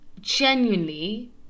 genuinely